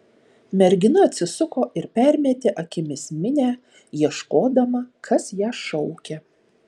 mergina atsisuko ir permetė akimis minią ieškodama kas ją šaukia